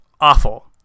awful